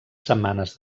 setmanes